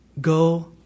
go